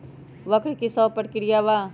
वक्र कि शव प्रकिया वा?